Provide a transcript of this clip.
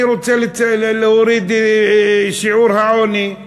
אני רוצה להוריד את שיעור העוני.